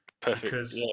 Perfect